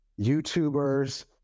YouTubers